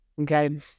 Okay